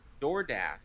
DoorDash